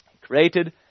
created